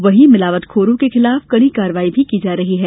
वहीं मिलावटखोरों के खिलाफ कड़ी कार्यवाही भी की जा रही है